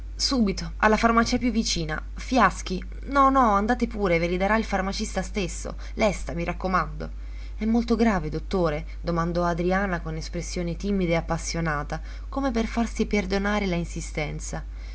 subito alla farmacia più vicina fiaschi no no andate pure ve li darà il farmacista stesso lesta mi raccomando è molto grave dottore domandò adriana con espressione timida e appassionata come per farsi perdonare